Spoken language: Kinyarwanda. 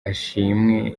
ashimwe